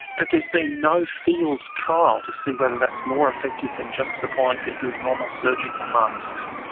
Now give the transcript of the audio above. but there has been no field trial to see whether that's more effective than just supplying people with normal surgical masks.